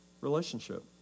relationship